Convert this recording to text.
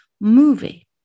movie